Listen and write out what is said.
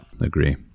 agree